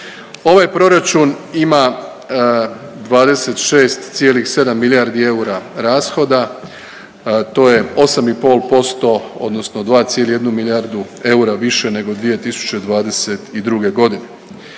Ovaj proračun ima 26,7 milijardi eura rashoda, to je 8,5% odnosno 2,1 milijardu eura više nego 2022.g..